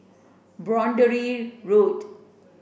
Boundary Road